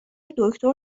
دکتر